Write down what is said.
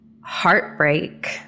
heartbreak